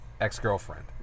Ex-girlfriend